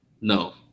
No